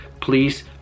please